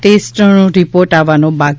ટેસ્ટનો રિપોર્ટ આવવાનો બાકી